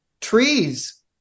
Trees